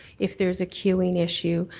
if there's a couping issue,